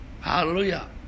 hallelujah